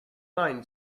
mind